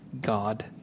God